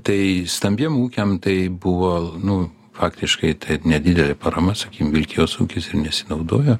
tai stambiem ūkiam tai buvo nu faktiškai tai nedidelė parama sakykim vilkijos ūkis ir nesinaudojo